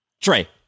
Trey